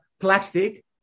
plastic